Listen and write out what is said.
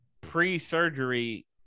Pre-surgery